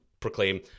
Proclaim